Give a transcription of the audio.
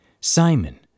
Simon